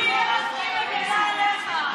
גבי לסקי מגינה עליך.